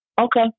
okay